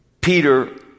Peter